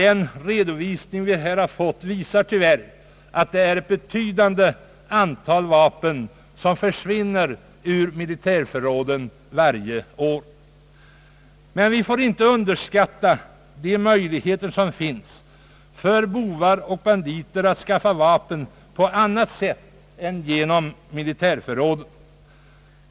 Den redovisning som lämnats visar att det tyvärr försvinner ett betydande antal vapen från militärförråden varje år. Men vi får inte underskatta de möjligheter som brottslingar har att skaffa vapen på annat sätt än genom militärförråden.